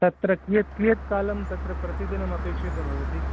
तत्र कियत् कियत् कालम् तत्र प्रतिदिनम् अपेक्षितं भवति